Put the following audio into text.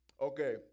Okay